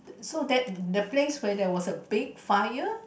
so that that place where there was a big fire